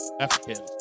African